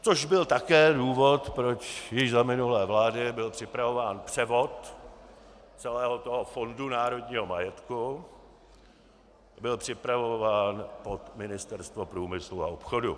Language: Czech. Což byl také důvod, proč již za minulé vlády byl připravován převod celého toho Fondu národního majetku byl připravován pod Ministerstvo průmyslu a obchodu.